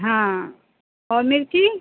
हाँ और मिर्ची